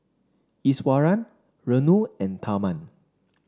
Iswaran Renu and Tharman